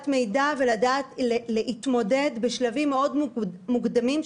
מידע ולדעת להתמודד בשלבים מאוד מוקדמים,